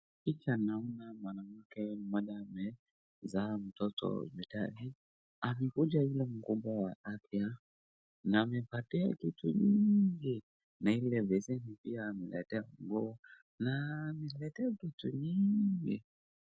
Picha naona mwanamke mmoja amezaa mtoto mitaani. Amekuja yule mkunga wa afya, na amempatia kitu nyingi na ile baseni ameleta nguo, na ameleta vitu nyingi.